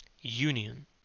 Union